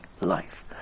life